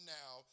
now